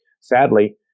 Sadly